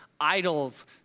idols